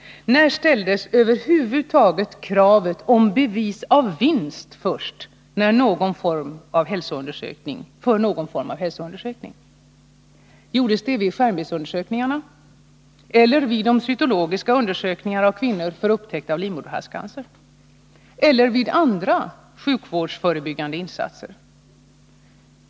När ställdes först över huvud taget kravet på bevis av vinst för någon form av hälsoundersökning? Gjordes det vid skärmbildsundersökningarna? Eller vid de cytologiska undersökningarna av kvinnor för upptäckt av livmoderhalscancer eller i samband med andra sjukvårdsförebyggande insatser?